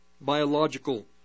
biological